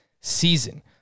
season